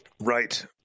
Right